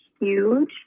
huge